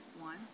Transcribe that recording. One